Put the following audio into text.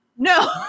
No